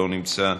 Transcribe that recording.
לא נמצא,